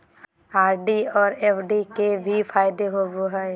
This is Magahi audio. आर.डी और एफ.डी के की फायदा होबो हइ?